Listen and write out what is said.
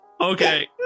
Okay